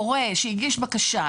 הורה שהגיש בקשה,